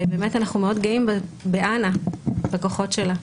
ואנחנו גאים מאוד באנה, בכוחות שלה.